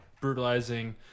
brutalizing